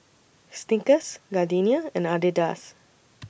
Snickers Gardenia and Adidas